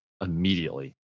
immediately